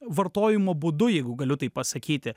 vartojimo būdu jeigu galiu tai pasakyti